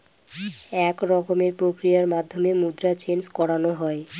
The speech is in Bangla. এক রকমের প্রক্রিয়ার মাধ্যমে মুদ্রা চেন্জ করানো হয়